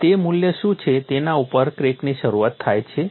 અને તે મૂલ્ય શું છે જેના ઉપર ક્રેકની શરૂઆત થાય છે